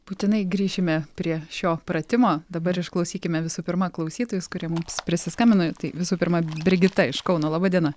būtinai grįšime prie šio pratimo dabar išklausykime visų pirma klausytojus kurie mums prisiskambino tai visų pirma brigita iš kauno laba diena